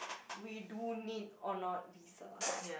we do need or not visas